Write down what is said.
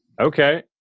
Okay